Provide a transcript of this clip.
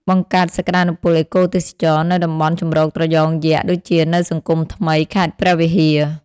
បង្កើតសក្តានុពលអេកូទេសចរណ៍នៅតំបន់ជម្រកត្រយងយក្ស ដូចជានៅសង្គមថ្មី ខេត្តព្រះវិហារ។